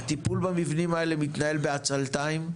הטיפול במבנים האלה מתנהל בעצלתיים,